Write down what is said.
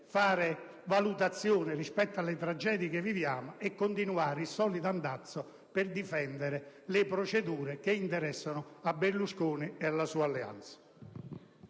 fare valutazioni sulle tragedie che viviamo e continuare il solito andazzo per far fronte alle procedure che interessano a Berlusconi e alla sua